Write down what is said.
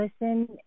listen